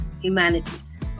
Humanities